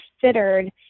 considered